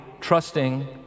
trusting